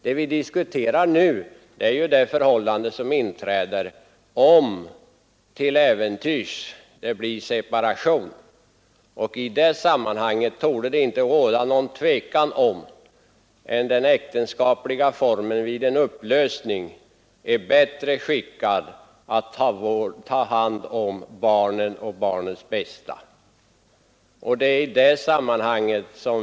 Det vi diskuterar nu är de förhållanden som inträder om föräldrarna till äventyrs skulle separera. Det torde inte råda något tvivel om att den äktenskapliga formen vid en upplösning av förhållandet bättre gagnar barnet och barnets bästa.